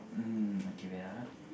um okay wait ah